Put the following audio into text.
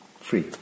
free